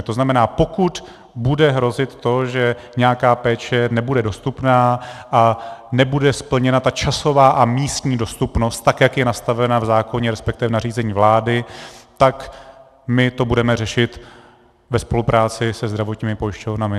To znamená, pokud bude hrozit to, že nějaká péče nebude dostupná a nebude splněna ta časová a místní dostupnost, tak jak je nastavena v zákoně, resp. v nařízení vlády, tak to budeme řešit ve spolupráci se zdravotními pojišťovnami.